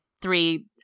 three